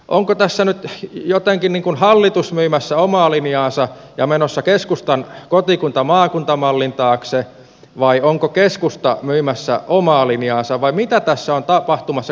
onko tässä nyt jotenkin hallitus myymässä omaa linjaansa ja menossa keskustan kotikuntamaakunta mallin taakse vai onko keskusta myymässä omaa linjaansa vai mitä tässä on tapahtumassa